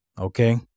Okay